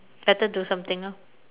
better do something ah